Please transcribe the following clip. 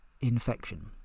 infection